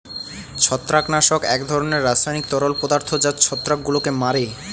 ছত্রাকনাশক এক ধরনের রাসায়নিক তরল পদার্থ যা ছত্রাকগুলোকে মারে